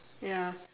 ya